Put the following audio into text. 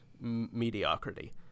mediocrity